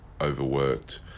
overworked